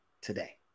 today